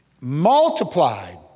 Multiplied